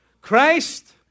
Christ